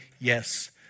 yes